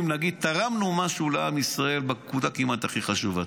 ונגיד: תרמנו משהו לעם ישראל בנקודה כמעט הכי חשובה.